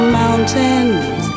mountains